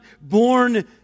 born